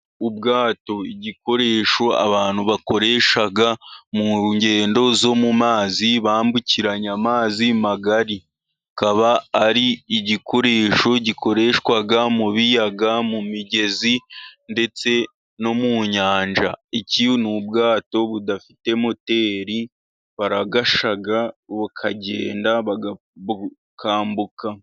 Ubwato, igikoresho abantu bakoresha mu ngendo zo mu mazi, bambukiranya amazi magari. Kikaba ari igikoresho gikoreshwa mu biyaga mu migezi ndetse no mu nyanja, iki ni ubwato budafite moteri baragasha bubakagenda bakambuka.